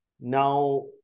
Now